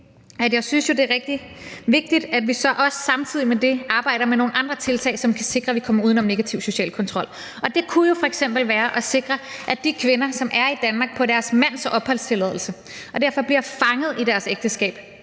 det jo er rigtig vigtigt, at vi så også samtidig med det arbejder med nogle andre tiltag, som kan sikre, at vi kommer uden om negativ social kontrol. Det kunne jo f.eks. være at sikre, at de kvinder, som er i Danmark på deres mands opholdstilladelse og derfor bliver fanget i deres ægteskab,